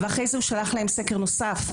ואחרי זה הוא שלח להם סקר נוסף.